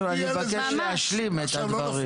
אני מבקש להשלים את הדברים.